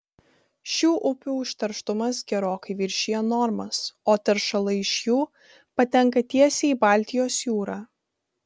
šių upių užterštumas gerokai viršija normas o teršalai iš jų patenka tiesiai į baltijos jūrą